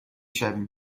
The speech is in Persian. شویم